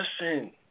Listen